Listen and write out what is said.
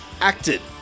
acted